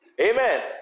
Amen